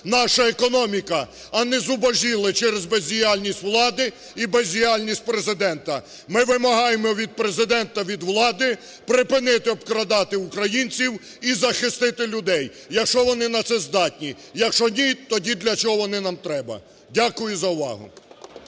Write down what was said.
наша економіка, а не зубожіли через бездіяльність влади і бездіяльність Президента. Ми вимагаємо від Президента, від влади, припинити обкрадати українців і захистити людей, якщо вони на це здатні. Якщо ні, тоді для чого вони нам треба. Дякую за увагу.